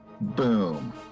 Boom